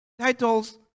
Titles